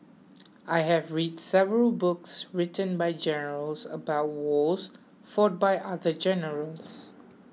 I have read several books written by generals about wars fought by other generals